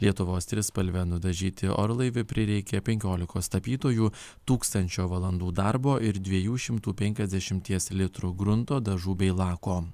lietuvos trispalve nudažyti orlaivį prireikė penkiolikos tapytojų tūkstančio valandų darbo ir dviejų šimtų penkiasdešimties litrų grunto dažų bei lako